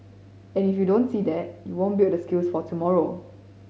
and if you don't see that you won't build the skills for tomorrow